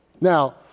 Now